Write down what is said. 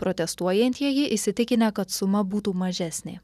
protestuojantieji įsitikinę kad suma būtų mažesnė